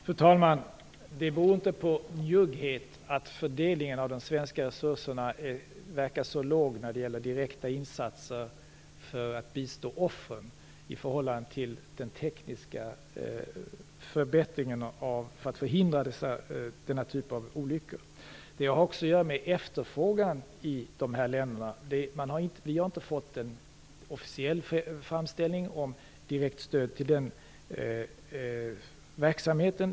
Fru talman! Det beror inte på njugghet att fördelningen av de svenska resurserna verkar vara så liten när det gäller direkta insatser för att bistå offren i förhållande till den tekniska förbättringen för att förhindra denna typ av olyckor. Det har också att göra med efterfrågan i dessa länder. Vi har inte fått någon officiell framställning om direkt stöd till sådan verksamhet.